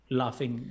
laughing